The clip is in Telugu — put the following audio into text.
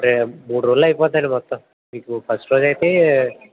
ఇప్పుడు మరే మూడు రోజుల్లో అయిపోతుంది మొత్తం మీకు ఫస్ట్ రోజైతే